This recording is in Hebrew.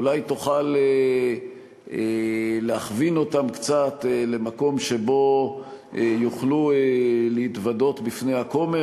אולי תוכל להכווין אותם קצת למקום שבו יוכלו להתוודות בפני הכומר,